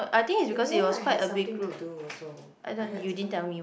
in the end I had something to do also I had to something